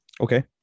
Okay